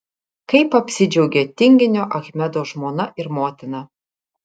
kaip apsidžiaugė tinginio achmedo žmona ir motina